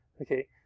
Okay